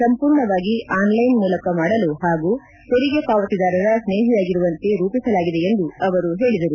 ಸಂಪೂರ್ಣವಾಗಿ ಆನ್ಲೈನ್ ಮೂಲಕ ಮಾಡಲು ಹಾಗೂ ತೆರಿಗೆ ಪಾವತಿದಾರರ ಸ್ನೇಹಿಯಾಗಿರುವಂತೆ ರೂಪಿಸಲಾಗಿದೆ ಎಂದು ಅವರು ಹೇಳದರು